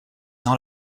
dans